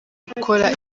gukora